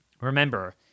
Remember